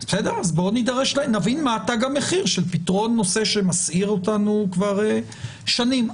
אז בואו נבין מה תג המחיר לפתרון נושא שמסעיר אותנו כבר שנים.